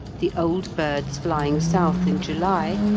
the old birds flying south in july,